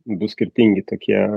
du skirtingi tokie